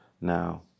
Now